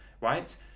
right